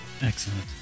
Excellent